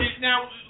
now